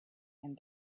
and